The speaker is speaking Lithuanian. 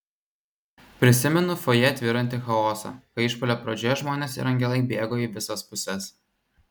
prisimenu fojė tvyrantį chaosą kai išpuolio pradžioje žmonės ir angelai bėgo į visas puses